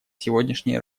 сегодняшней